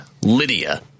Lydia